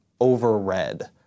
overread